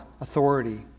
authority